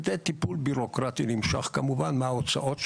שזה טיפול בירוקרטי נמשך כמובן, מה ההוצאות שלך,